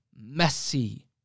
messy